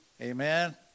Amen